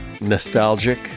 nostalgic